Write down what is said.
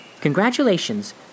Congratulations